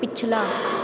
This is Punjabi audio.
ਪਿਛਲਾ